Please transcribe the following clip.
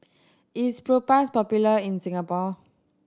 is Propass popular in Singapore